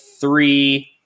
three